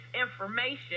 information